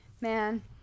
Man